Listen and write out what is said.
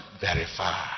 verify